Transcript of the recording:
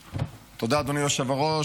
תודה, אדוני היושב-ראש.